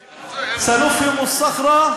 חוסיין: (אומר בערבית: